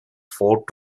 fort